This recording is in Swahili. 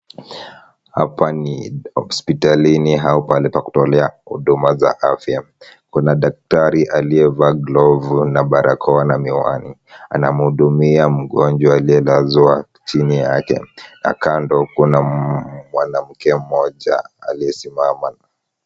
Hawa ni hospitalini au pahali pa kutolea huduma za afya. Kuna daktari aliyevaa glovu na barakoa na miwani. Anamhudumia mgonjwa aliyelazwa chini yake na kando kuna mwanamke mmoja aliyesimama.